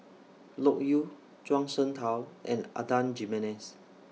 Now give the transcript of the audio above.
Loke Yew Zhuang Shengtao and Adan Jimenez